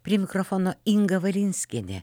prie mikrofono inga valinskienė